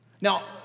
Now